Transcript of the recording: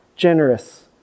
Generous